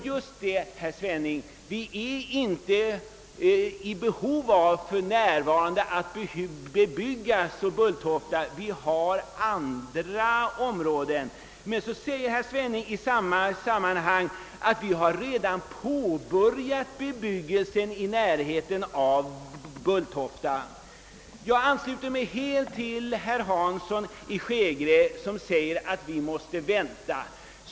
Just det, herr Svenning, vi behöver för närvarande inte bebygga Bulltofta-området. Jag ansluter mig helt till herr Hanssons i Skegrie uttalande att vi bör vänta med ett flygfält i Sturup.